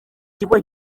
kigo